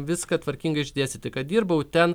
viską tvarkingai išdėstyti kad dirbau ten